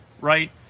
right